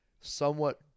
somewhat